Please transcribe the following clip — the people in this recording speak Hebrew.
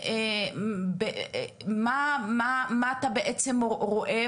מה אתה בעצם רואה,